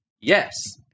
Yes